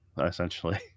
essentially